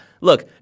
look